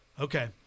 Okay